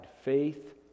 faith